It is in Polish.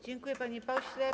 Dziękuję, panie pośle.